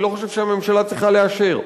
אני לא חושב שהממשלה צריכה לאשר.